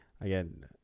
again